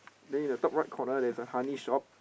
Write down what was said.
then in the top right corner there's a honey shop